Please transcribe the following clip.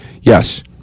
Yes